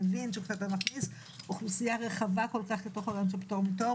מבין שכשאתה מכניס אוכלוסייה רחבה כל כך לתוך הרעיון של פטור מתור